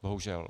Bohužel.